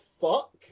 fuck